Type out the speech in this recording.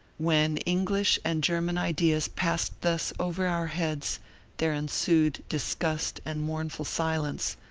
when english and german ideas passed thus over our heads there ensued disgust and mournful silence,